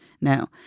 now